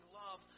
love